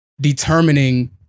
determining